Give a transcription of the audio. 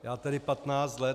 Já tedy patnáct let.